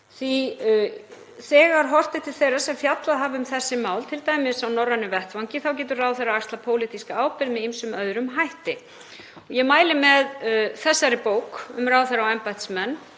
Þegar horft er til þeirra sem fjallað hafa um þessi mál, t.d. á norrænum vettvangi, þá getur ráðherra axlað pólitíska ábyrgð með ýmsum öðrum hætti. Ég mæli með þessari bók hér um ráðherra og embættismenn,